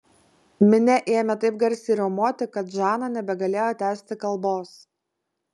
minia ėmė taip garsiai riaumoti kad žana nebegalėjo tęsti kalbos